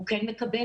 הוא כן מקבל.